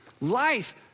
life